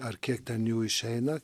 ar kiek ten jų išeina